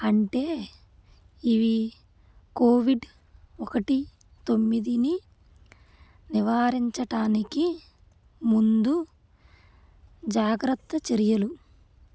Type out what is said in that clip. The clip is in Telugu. అంటే ఇవి కోవిడ్ ఒకటి తొమ్మిదిని నివారించటానికి ముందు జాగ్రత్త చర్యలు